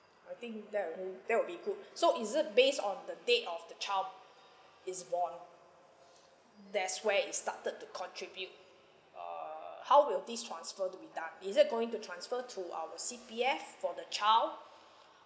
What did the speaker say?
I think that'll be that'll be good so is it based on the date of the child is born that's where it started to contribute err how will this transfer to be done is it going to transfer to our C_P_F for the child